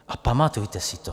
A pamatujte si to.